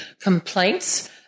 complaints